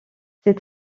ces